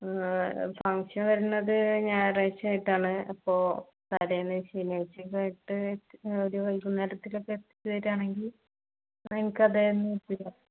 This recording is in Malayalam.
ഫങ്ഷൻ വരുന്നത് ഞായറാഴ്ച ആയിട്ടാണ് അപ്പോൾ തലേന്ന് ശനിയാഴച്ചയൊക്കെ ആയിട്ട് ഒരു വൈകുന്നേരത്തിലൊക്കെ എത്തിച്ചുതരികയാണെങ്കിൽ